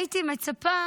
הייתי מצפה